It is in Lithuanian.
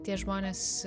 tie žmonės